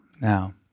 Now